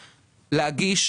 להגיש.